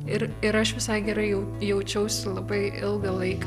ir ir aš visai gerai jau jaučiausi labai ilgą laiką